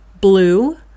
Blue